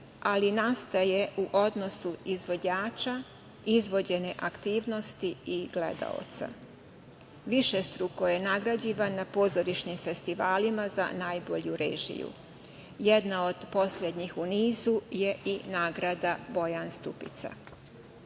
ali nastaje u odnosu izvođača, izvođene aktivnosti i gledaoca. Višestruko je nagrađivan na pozorišnim festivalima za najbolju režiju. Jedna od poslednjih u nizu je i nagrada „Bojan Stupica“.Doktor